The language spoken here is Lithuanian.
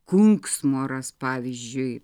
kunksmoras pavyzdžiui